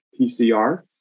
PCR